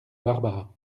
barbara